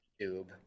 tube